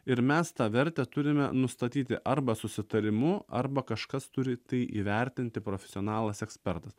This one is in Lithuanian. ir mes tą vertę turime nustatyti arba susitarimu arba kažkas turi tai įvertinti profesionalas ekspertas